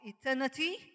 eternity